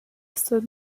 stood